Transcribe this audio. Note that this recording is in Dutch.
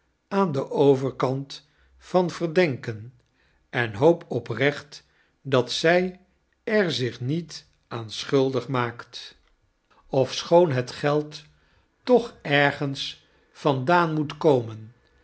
aan den overkant van verdenken en hoop recht dat zy er zich niet aan schuldigmaakt ofschoon het geld toch ergens vandaan moet komen